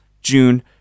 June